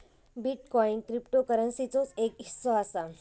bitcoin क्रिप्टोकरंसीचोच एक हिस्सो असा